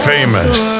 Famous